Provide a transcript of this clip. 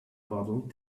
bottle